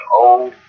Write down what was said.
old